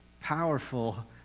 powerful